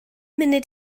munud